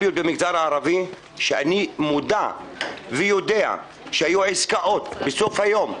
קלפיות שאני מודע ויודע שהיו עסקאות בסוף היום.